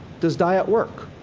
does diet work?